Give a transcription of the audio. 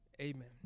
Amen